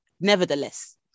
nevertheless